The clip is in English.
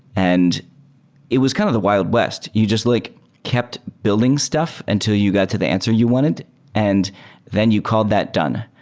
and it was kind of the wild west. you just like kept building stuff until you got to the answer you wanted and then you call that done.